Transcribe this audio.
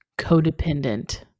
codependent